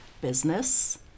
business